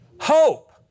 Hope